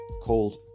called